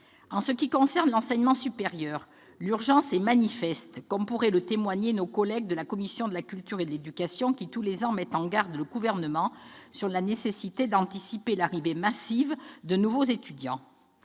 En ce qui concerne l'enseignement supérieur, l'urgence est manifeste, comme pourraient en témoigner nos collègues de la commission de la culture, de l'éducation et de la communication qui, chaque année, mettent en garde le Gouvernement sur la nécessité d'anticiper l'arrivée massive de nouveaux étudiants.